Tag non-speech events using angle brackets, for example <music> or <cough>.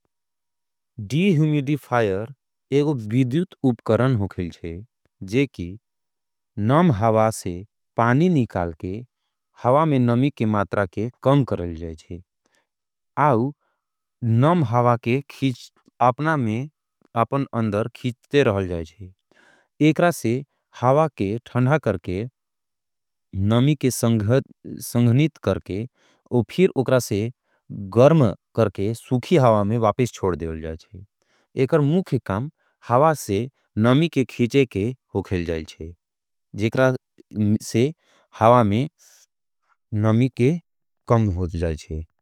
D humidifier एगो विद्युत उपकरण हो खेल जे, जे की नम हावा से पानी निकाल के, हावा में नमी के मातरा के कम करल जाएजे। आउ नम हावा के <hesitation> अपना में अपन अंदर खिचते रहल जाएजे। एकरा से हावा के धन्धा करके, नमी के <hesitation> संगनित करके, उपिर उकरा से गर्म करके सुखी हावा में वापेश छोड़ देवल जाएजे। एकर मुखी काम हावा से नमी के खिचे के हो खेल जाएजे। जेकरा <hesitation> से हावा में नमी के कम हो जाएजे।